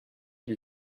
lui